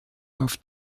auf